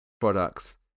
products